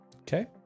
Okay